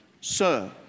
Sir